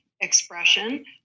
expression